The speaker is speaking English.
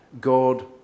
God